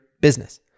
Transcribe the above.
business